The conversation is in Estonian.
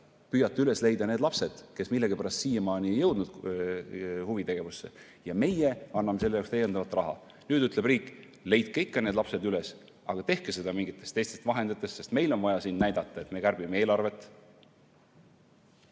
püüdke üles leida need lapsed, kes millegipärast siiamaani ei ole jõudnud huvitegevusse, ja meie anname selle jaoks täiendavalt raha. Nüüd ütleb riik, et leidke ikka need lapsed üles, aga tehke seda kõike mingitest teistest vahenditest, sest meil on vaja siin näidata, et me kärbime eelarvet.